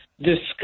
discuss